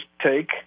take